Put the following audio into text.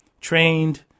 trained